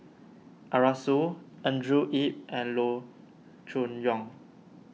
Arasu Andrew Yip and Loo Choon Yong